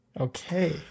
Okay